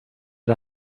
det